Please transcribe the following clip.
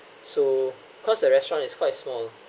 so cause the restaurant is quite small